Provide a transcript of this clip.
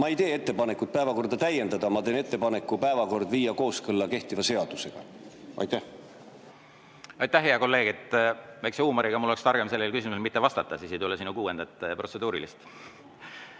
ma ei tee ettepanekut päevakorda täiendada, ma teen ettepaneku viia päevakord kooskõlla kehtiva seadusega. Aitäh, hea kolleeg! Väikese huumoriga öeldes: mul oleks targem sellele küsimusele mitte vastata, siis ei tule sinu kuuendat protseduurilist.No